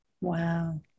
Wow